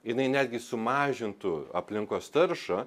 jinai netgi sumažintų aplinkos taršą